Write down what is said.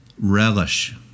relish